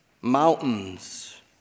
mountains